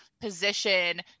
position